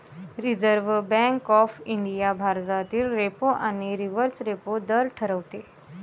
reserve bank of India भारतातील repo आणि reverse repo दर ठरवते